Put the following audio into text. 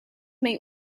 may